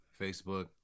Facebook